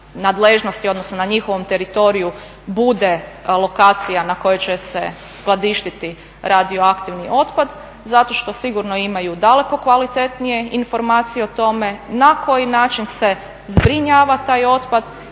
nadležnosti, odnosno na njihovom teritoriju bude lokacija na koje će se skladištiti radioaktivni otpad zato što sigurno imaju daleko kvalitetnije informacije o tome na koji način se zbrinjava taj otpad